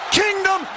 kingdom